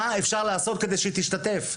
מה אפשר לעשות כדי שהיא תשתתף?